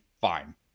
Fine